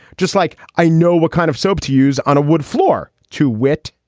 just like i know what kind of soap to use on a wood floor. to wit,